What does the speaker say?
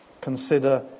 Consider